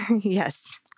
Yes